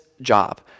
job